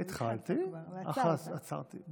התחלתי, אך אז עצרתי.